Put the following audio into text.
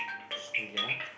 sorry ah